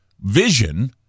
vision –